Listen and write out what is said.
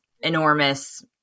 enormous